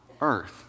earth